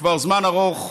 כבר זמן ארוך,